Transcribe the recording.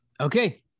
Okay